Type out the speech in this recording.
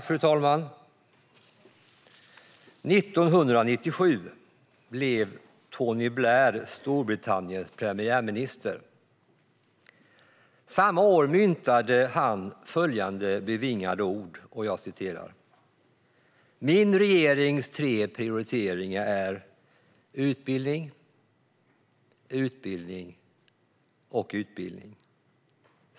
Fru talman! År 1997 blev Tony Blair Storbritanniens premiärminister. Samma år myntade han följande bevingade ord: "Min regerings tre prioriteringar är utbildning, utbildning och utbildning."